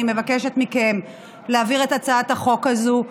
אני מבקשת מכם להעביר את הצעת החוק הזו.